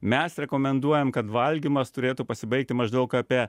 mes rekomenduojam kad valgymas turėtų pasibaigti maždaug apie